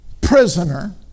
prisoner